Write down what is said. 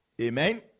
amen